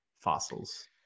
Fossils